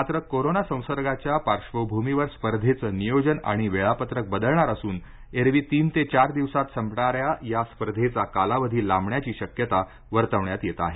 मात्र कोरोना संसर्गच्या पार्श्वभूमीवर स्पर्धेचं नियोजन आणि वेळापत्रक बदलणार असून एरवी तीन ते चार दिवसात संपणाऱ्या या स्पर्धेचा कालावधी लाबण्याची शक्यता वर्तवण्यात येत आहे